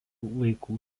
vaikų